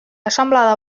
asanblada